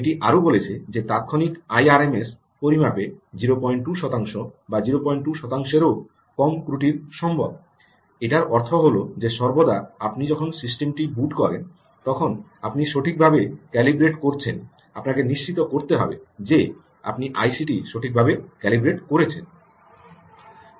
এটি আরও বলেছে যে তাত্ক্ষণিক আই আরএমএস পরিমাপে 02 শতাংশ বা 02 শতাংশেরও কম ত্রুটি সম্ভব এটার অর্থ হল যে সর্বদা আপনি যখন সিস্টেমটি বুট করেন তখন আপনি সঠিকভাবে ক্যালিব্রেট করেছেন আপনাকে নিশ্চিত করতে হবে যে আপনি আইসিটি সঠিকভাবে ক্যালিব্রেট করেছেন